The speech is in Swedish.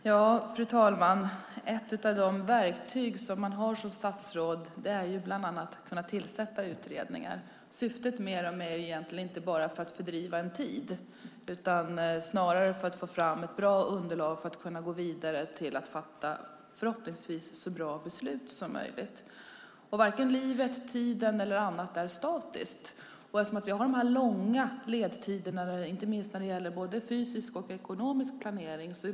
Fru talman! Ett av de verktyg man som statsråd har är att kunna tillsätta utredningar. Syftet med dem är inte att fördriva tiden, utan att få fram ett bra underlag för att kunna gå vidare och fatta så bra beslut som möjligt. Varken livet eller tiden är statisk, och vi har de långa ledtiderna både när det gäller fysisk och ekonomisk planering.